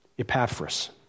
Epaphras